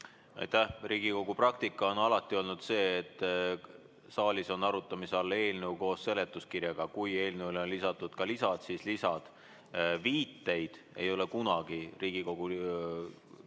Aitäh! Riigikogu praktika on alati olnud see, et saalis on arutamise all eelnõu koos seletuskirjaga. Kui eelnõule on lisatud lisad, siis ka lisad. Viiteid ei ole kunagi lisadokumentidena